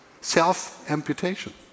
Self-amputation